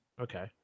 okay